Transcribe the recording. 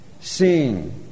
seeing